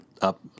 Up